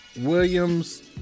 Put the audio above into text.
Williams